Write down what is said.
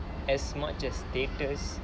as much as theatres